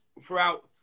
throughout